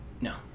No